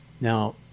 Now